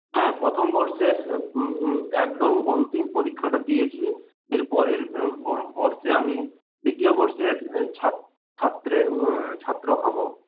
হ্যাঁ প্রথম বর্ষের একদম অন্তিম পরীক্ষাটা দিয়েছি এরপরের বর্ষে আমি দ্বিতীয় বর্ষের ছাত্রে ছাত্র হবো